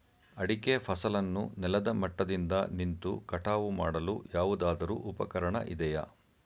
ಅಡಿಕೆ ಫಸಲನ್ನು ನೆಲದ ಮಟ್ಟದಿಂದ ನಿಂತು ಕಟಾವು ಮಾಡಲು ಯಾವುದಾದರು ಉಪಕರಣ ಇದೆಯಾ?